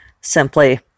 simply